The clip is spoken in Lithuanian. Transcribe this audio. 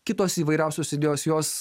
kitos įvairiausios idėjos jos